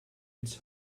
its